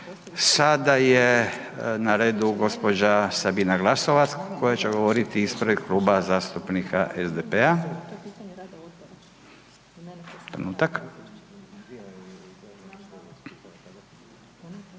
Sada je na redu gospođa Sabina Glasovac koja će govoriti ispred Kluba zastupnika SDP-a.